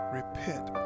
repent